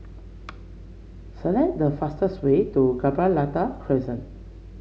select the fastest way to Gibraltar Crescent